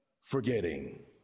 forgetting